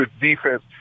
defense